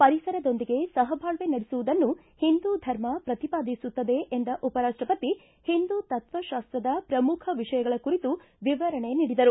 ಪರಿಸರದೊಂದಿಗೆ ಸಹಬಾಳ್ವೆ ನಡೆಸುವುದನ್ನು ಹಿಂದೂ ಧರ್ಮ ಪ್ರತಿಪಾದಿಸುತ್ತದೆ ಎಂದ ಉಪರಾಷ್ಷಪತಿ ಹಿಂದೂತತ್ತ ಶಾಸ್ತದ ಪ್ರಮುಖ ವಿಷಯಗಳ ಕುರಿತು ವಿವರಣೆ ನೀಡಿದರು